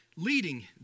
Leading